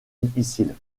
difficile